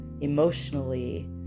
emotionally